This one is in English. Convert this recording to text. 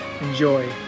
Enjoy